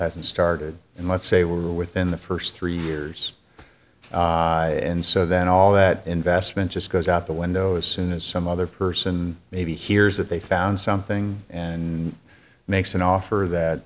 hasn't started in let's say we're within the first three years and so then all that investment just goes out the window as soon as some other person maybe hears that they found something and makes an offer that